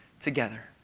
together